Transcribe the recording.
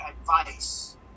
advice